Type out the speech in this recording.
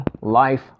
Life